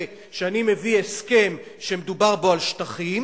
שאני מביא הסכם שמדובר בו על שטחים,